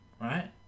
right